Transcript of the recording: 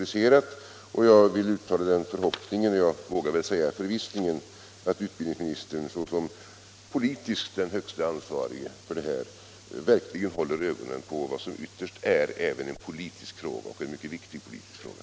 13 november 1975 Jag vill uttala den förhoppningen — jag vågar väl säga att jag är förvissad om att utbildningsministern såsom politiskt den högste ansvarige verk Om ett bättre ligen håller ögonen på vad som ytterst är även en politisk fråga, och omhändertagande en mycket viktig politisk fråga.